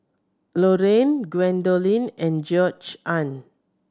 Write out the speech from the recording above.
Loriann Gwendolyn and Georgeann